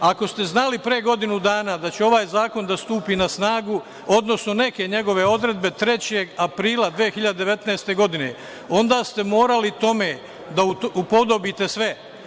Ako ste znali pre godinu dana da će ovaj zakon da stupi na snagu, odnosno neke njegove odredbe 3. aprila 2019. godine, onda ste morali tome da upodobite sve.